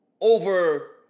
over